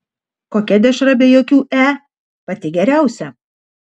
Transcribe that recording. kokia dešra be jokių e pati geriausia